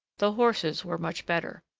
the horses were much better.